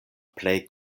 plej